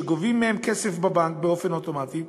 שגובים כסף בבנק באופן אוטומטי,